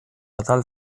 atal